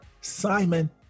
Simon